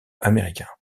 américains